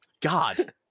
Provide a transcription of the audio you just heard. God